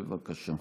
בבקשה.